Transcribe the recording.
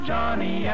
Johnny